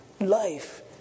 life